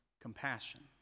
compassion